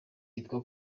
yitwa